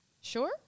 Sure